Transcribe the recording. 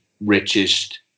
richest